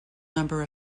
number